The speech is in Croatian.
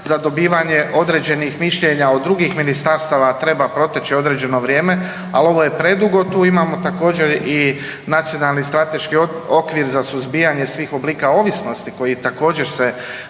za dobivanje određenih mišljenja od drugih ministarstava treba proteći određeno vrijeme, ali ovo je predugo tu, imamo također, i Nacionalni strateški okvir za suzbijanje svih oblika ovisnosti, koji također se,